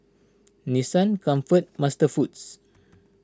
Nissan Comfort MasterFoods